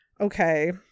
Okay